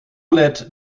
oled